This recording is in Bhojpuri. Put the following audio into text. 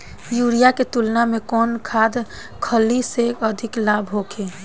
यूरिया के तुलना में कौन खाध खल्ली से अधिक लाभ होखे?